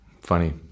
Funny